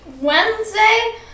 Wednesday